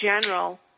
general